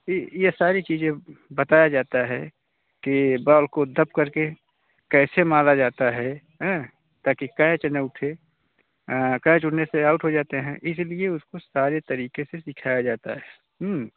यह यह सारी चीज़ें बताया जाता है कि बॉल को दबकर के कैसे मारा जाता है ताकि कैच ना उठे कैच उठने से आउट हो जाते हैं इसलिए उसको सारे तरीके से सिखाया जाता है